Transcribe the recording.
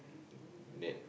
that